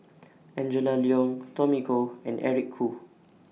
Angela Liong Tommy Koh and Eric Khoo